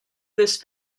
this